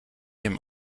him